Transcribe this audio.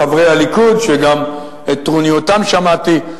חברי הליכוד שגם את טרונייתם שמעתי,